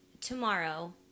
Tomorrow